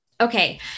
Okay